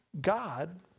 God